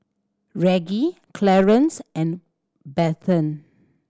Reggie Clarance and Bethann